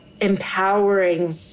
empowering